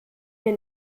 wir